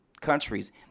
countries